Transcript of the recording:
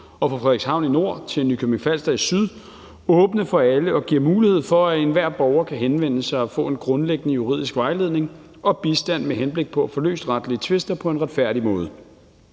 og fra Frederikshavn i nord til Nykøbing Falster i syd åbne for alle og giver mulighed for, at enhver borger kan henvende sig og få en grundlæggende juridisk vejledning og bistand med henblik på at få løst retlige tvister på en retfærdig måde.